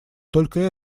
только